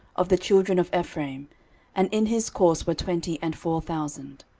of the children of ephraim and in his course were twenty and four thousand.